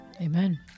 Amen